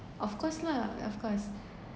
of course lah of course